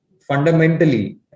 fundamentally